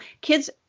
kids